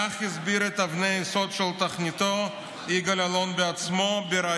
כך הסביר יגאל אלון בעצמו את אבני היסוד של תוכניתו,